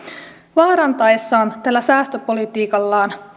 vaarantaessaan tällä säästöpolitiikallaan